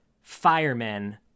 firemen